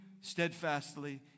steadfastly